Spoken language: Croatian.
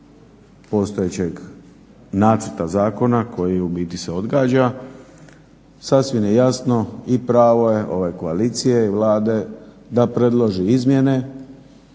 postojećeg nacrta zakona koji u biti se odgađa. Sasvim je jasno i pravo je ove koalicije i Vlade da predloži izmjene,